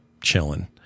chilling